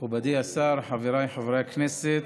מכובדי השר, חבריי חברי הכנסת,